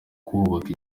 kubaka